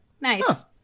Nice